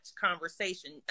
conversation